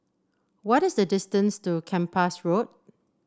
what is the distance to Kempas Road